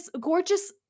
gorgeous –